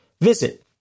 visit